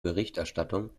berichterstattung